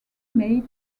made